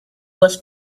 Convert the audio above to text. was